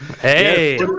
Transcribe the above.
Hey